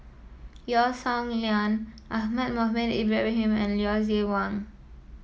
Yeo Song Nian Ahmad Mohamed Ibrahim and Lucien Wang